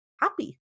happy